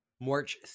March